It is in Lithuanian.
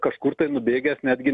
kažkur nubėgęs netgi